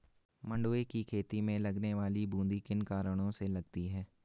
मंडुवे की खेती में लगने वाली बूंदी किन कारणों से लगती है?